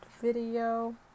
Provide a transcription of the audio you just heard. video